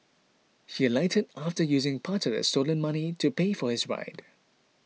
he alighted after using part of the stolen money to pay for his ride